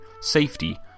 safety